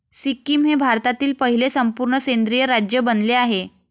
सिक्कीम हे भारतातील पहिले संपूर्ण सेंद्रिय राज्य बनले आहे